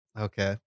Okay